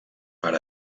per